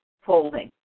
folding